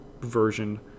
version